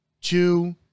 two